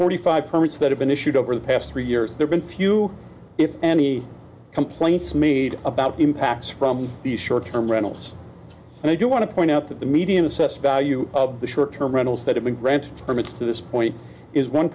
forty five permits that have been issued over the past three years there's been few if any complaints made about the impacts from the short term rentals and i do want to point out that the median assessed value of the short term rentals that have been granted permits to this point is one